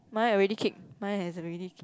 mine already kick mine has already kicked